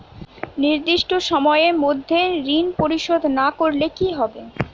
নির্দিষ্ট সময়ে মধ্যে ঋণ পরিশোধ না করলে কি হবে?